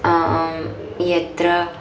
यत्र